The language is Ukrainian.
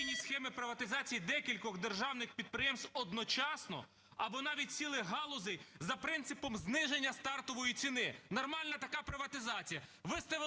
Дякую.